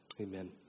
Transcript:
Amen